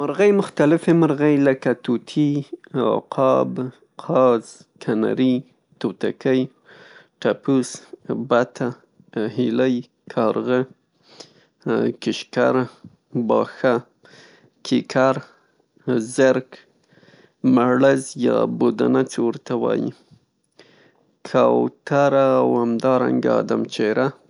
مرغۍ مختلفې مرغۍ لکه طوطي، عقاب، قاز، کنري، توتکۍ، ټپوس، بته، هیلۍ، کارغه، کیشکره، باښه، کیکر، زرک، مړز یا بودنه چې ورته وايي، کوتره او همدارنګه آدم چیره.